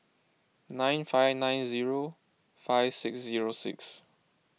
nine five nine zero five six zero six